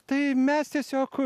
tai mes tiesiog